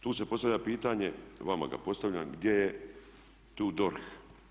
Tu se postavlja pitanje, vama ga postavljam gdje je tu DORH.